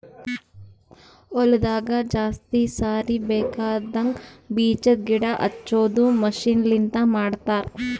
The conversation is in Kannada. ಹೊಲದಾಗ ಜಾಸ್ತಿ ಸಾರಿ ಬೇಕಾಗದ್ ಬೀಜದ್ ಗಿಡ ಹಚ್ಚದು ಮಷೀನ್ ಲಿಂತ ಮಾಡತರ್